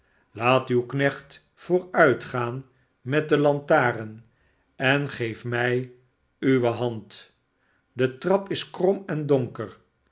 laat uw knecht vooruitgaan met de lantaren en geef mij uwe hand de trap is krom en donker